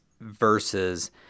versus